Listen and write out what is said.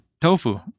tofu